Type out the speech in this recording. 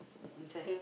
inside